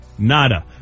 Nada